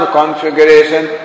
configuration